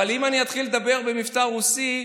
אבל אם אני אתחיל לדבר במבטא רוסי,